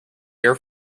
air